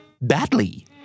badly